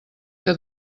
que